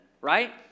right